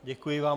Děkuji vám.